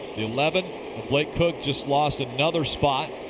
the eleven of blake koch just lost another spot.